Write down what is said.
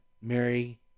Mary